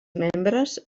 membres